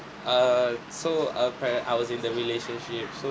err so uh prior I was in the relationship so